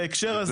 בהקשר הזה,